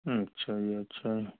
अच्छा जी अच्छा